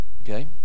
Okay